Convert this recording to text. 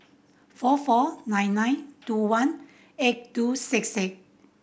four four nine nine two one eight two six six